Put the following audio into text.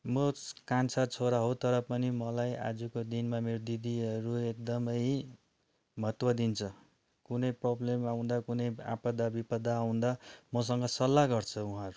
म कान्छा छोरा हो तर पनि मलाई आजको दिनमा मेरो दिदीहरू एकदमै महत्त्व दिन्छ कुनै पोब्लेम आउँदा कुनै आपदा बिपदा आउँदा मसँग सल्लाह गर्छ उहाँहरू